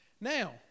Now